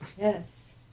Yes